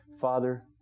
Father